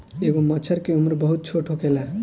एगो मछर के उम्र बहुत छोट होखेला